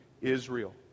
Israel